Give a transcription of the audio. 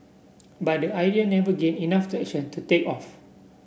but the idea never gained enough traction to take off